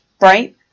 right